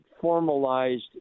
formalized